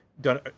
done